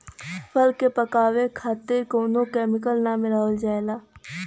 फल के पकावे खातिर कउनो केमिकल ना मिलावल जाला